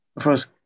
first